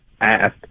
ask